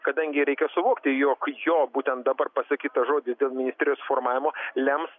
kadangi reikia suvokti jog jo būtent dabar pasakytą žodį dėl ministerijos formavimo lems